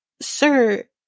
Sir